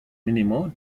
minimal